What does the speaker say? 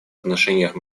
отношениях